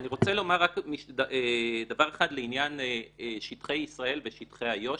אני רוצה לומר רק דבר אחד לעניין שטחי ישראל ושטחי איו"ש,